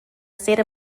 state